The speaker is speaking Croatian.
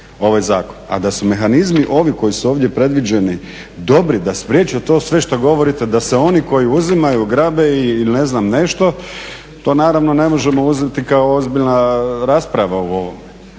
ovaj zakon. A da su mehanizmi ovi koji su ovdje predviđeni dobri da spriječe to sve što govorite da se oni koji uzimaju, grabe ili ne znam nešto to naravno ne možemo uzeti kao ozbiljna rasprava u ovome.